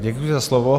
Děkuji za slovo.